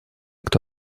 кто